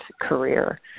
career